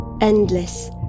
endless